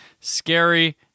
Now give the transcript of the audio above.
scary